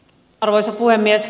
arvoisa puhemies